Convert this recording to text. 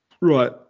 Right